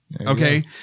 okay